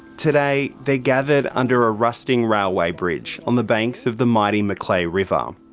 today they're gathered under a rusting railway bridge on the banks of the mighty macleay river, um